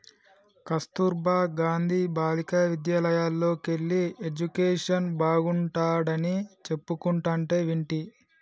కస్తుర్బా గాంధీ బాలికా విద్యాలయల్లోకెల్లి ఎడ్యుకేషన్ బాగుంటాడని చెప్పుకుంటంటే వింటి